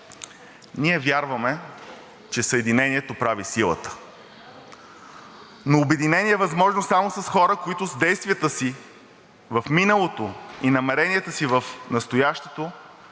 Ние вярваме, че съединението прави силата. Но обединение е възможно само с хора, които с действията си в миналото и намеренията си в настоящето